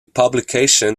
publication